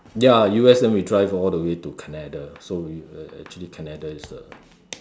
ya U_S then we drive all the way to Canada so you uh uh actually Canada is the